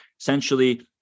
essentially